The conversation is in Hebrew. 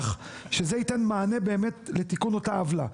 שזה ייתן מענה באמת לתיקון אותה עוולה.